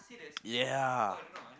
ya